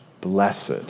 blessed